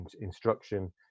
instruction